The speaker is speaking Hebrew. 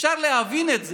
אפשר להבין את זה,